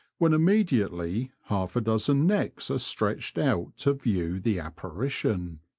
when immediately half a dozen necks are stretched out to view the apparition.